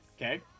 okay